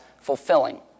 fulfilling